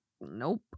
nope